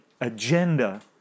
agenda